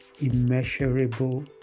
immeasurable